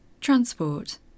Transport